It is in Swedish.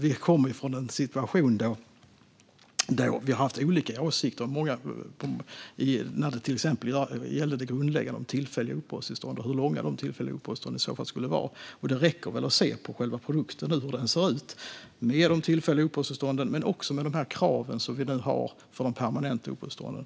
Vi kommer från en situation där vi har haft olika åsikter när det till exempel gäller det grundläggande om tillfälliga uppehållstillstånd och hur långa de tillfälliga uppehållstillstånden i så fall skulle vara. Det räcker väl att se på hur själva produkten ser ut med de tillfälliga uppehållstillstånden och med kraven för de permanenta uppehållstillstånden.